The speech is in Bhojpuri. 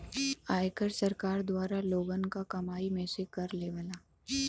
आयकर सरकार द्वारा लोगन क कमाई में से कर लेवला